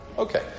Okay